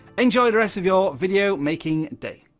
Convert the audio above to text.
enjoy the rest of your video-making day.